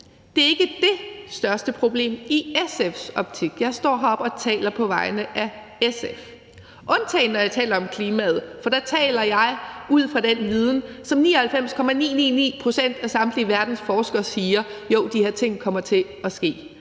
Det er ikke det største problem i SF's optik. Jeg står heroppe og taler på vegne af SF, undtagen når jeg taler om klimaet, for der taler jeg ud fra den viden, som 99,999 pct. af samtlige verdens forskere har, og de siger: Jo, de her ting kommer til at ske.